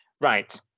Right